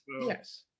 Yes